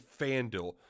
FanDuel